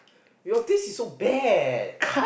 your taste is so bad